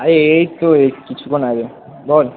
আরে এই তো এই কিছুখন আগে বল